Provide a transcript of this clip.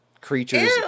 creatures